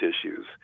issues